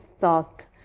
thought